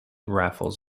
raffles